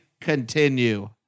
Continue